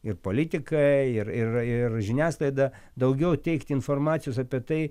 ir politikai ir ir ir žiniasklaida daugiau teikti informacijos apie tai